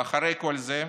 ואחרי כל זה,